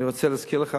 אני רוצה להזכיר לך,